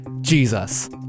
Jesus